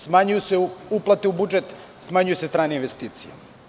Smanjuju se uplate u budžet, smanjuju se strane investicije.